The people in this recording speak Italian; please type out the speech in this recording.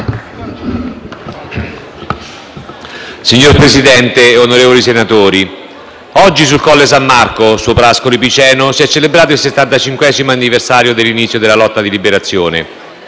Signor Presidente, onorevoli senatori, oggi sul Colle San Marco, sopra Ascoli Piceno, si è celebrato il 75° anniversario dell'inizio della lotta di Liberazione.